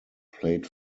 played